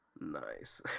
Nice